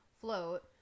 float